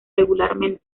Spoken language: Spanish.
regularmente